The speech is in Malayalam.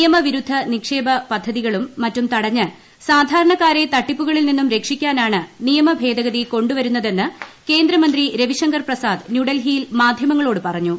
നിയമവിരുദ്ധ നിക്ഷേപ പദ്ധതികളും മറ്റും തടഞ്ഞ് സാധാരണക്കാരെ തട്ടിപ്പുകളിൽ നിന്നും രക്ഷിക്കാനാണ് നിയമ ഭേദഗതി കൊണ്ടുവരുന്നതെന്ന് കേന്ദ്രമന്ത്രി രവിശങ്കർ പ്രസാദ് ന്യൂഡൽഹിയിൽ മാധ്യമങ്ങളോട് പറഞ്ഞു